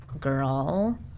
girl